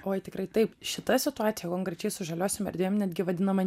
oi tikrai taip šita situacija konkrečiai su žaliosiom erdvėm netgi vadinama